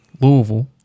Louisville